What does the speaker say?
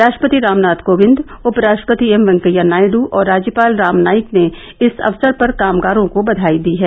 राश्ट्रपति रामनाथ कोविंद उप राश्ट्रपति एम वेंकैया नायडू और राज्यपाल राम नाईक ने इस अवसर पर कामगारों को बधाई दी है